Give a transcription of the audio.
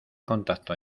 contacto